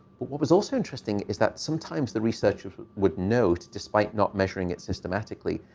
but what was also interesting is that sometimes the researchers would know, despite not measuring it systematically,